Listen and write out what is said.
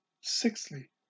Sixthly